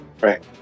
right